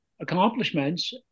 accomplishments